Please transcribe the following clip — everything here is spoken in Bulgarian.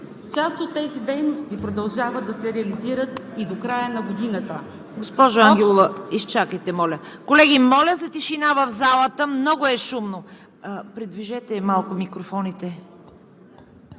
Част от тези дейности продължава да се реализира и до края на годината.